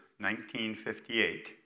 1958